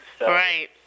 Right